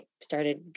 started